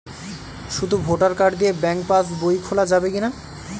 শুধু voter card দিয়ে bank pass বই খোলা যাবে কিনা?